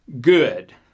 good